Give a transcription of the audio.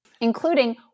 Including